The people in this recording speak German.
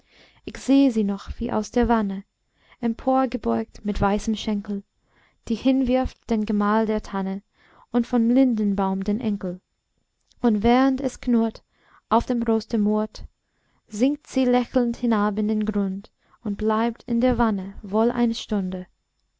ich seh sie noch wie aus der wanne emporgebeugt mit weißem schenkel sie hinwirft den gemahl der tanne und vom lindenbaum den enkel und während es knurrt auf dem roste murrt sinkt sie lächelnd hinab in den grund und bleibt in der wanne wohl eine stund